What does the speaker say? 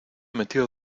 metido